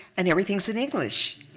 and everything's in english.